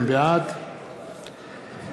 בעד אורלי לוי אבקסיס,